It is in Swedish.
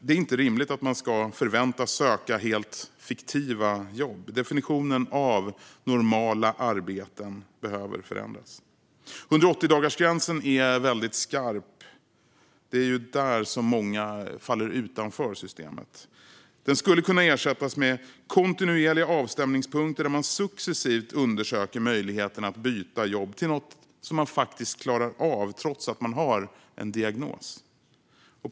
Det är inte rimligt att man ska förväntas söka helt fiktiva jobb. Definitionen av normala arbeten behöver förändras. Ekonomisk trygghet vid sjukdom och funktions-nedsättning 180-dagarsgränsen är skarp. Det är där många faller utanför systemet. Den skulle kunna ersättas med kontinuerliga avstämningspunkter där man successivt undersöker möjligheten att byta jobb till något man faktiskt klarar av trots att man har en diagnos.